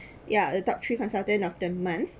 ya the top three consultant of the month